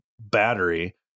battery